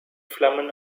flammen